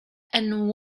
and